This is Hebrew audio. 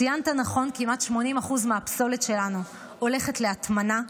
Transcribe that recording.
ציינת נכון, כמעט 80% מהפסולת שלנו הולכת להטמנה,